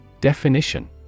Definition